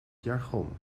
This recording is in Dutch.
jargon